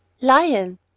lion